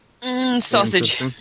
Sausage